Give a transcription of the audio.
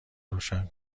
روشن